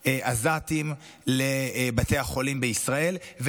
עזתים לבתי החולים בישראל לצורך טיפולים רפואיים,